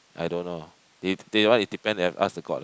I don't know they that one it depend have to ask the god lah